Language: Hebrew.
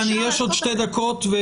יש עוד שתי דקות.